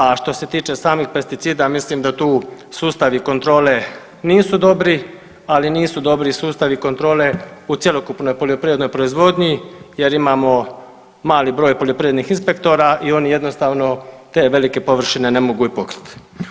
A što se tiče samih pesticida mislim da tu sustavi kontrole nisu dobri, ali nisu dobri i sustavi kontrole u cjelokupnoj poljoprivrednoj proizvodnji jer imamo mali broj poljoprivrednih inspektora i oni jednostavno te velike površine ne mogu i pokriti.